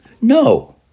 No